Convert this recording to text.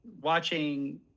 watching